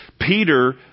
Peter